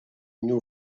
knew